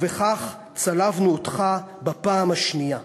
ובכך צלבנו אותך בפעם השנייה.